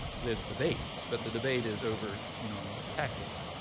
there's debate, but the debate is over you know tactics.